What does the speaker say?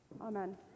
Amen